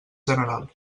general